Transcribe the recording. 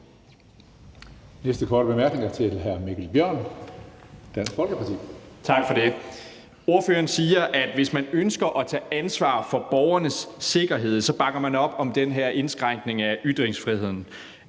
Næste korte bemærkning er til hr. Mikkel Bjørn, Dansk Folkeparti. Kl. 17:20 Mikkel Bjørn (DF): Tak for det. Ordføreren siger, at hvis man ønsker at tage ansvar for borgernes sikkerhed, bakker man op om den her indskrænkning af ytringsfriheden.